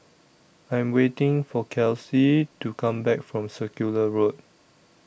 I Am waiting For Kelsi to Come Back from Circular Road